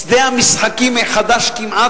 שדה המשחקים החדש עבר במידה רבה,